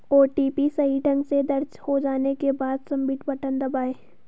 OTP सही ढंग से दर्ज हो जाने के बाद, सबमिट बटन दबाएं